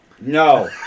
No